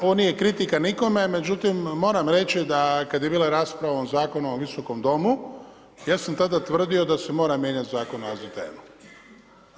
Ovo nije kritika nikome, međutim, moram reći da kad je bila rasprava o ovom zakonu u ovom Visokom domu, ja sam tada tvrdio da se mora mijenjati zakon o AZTN-u.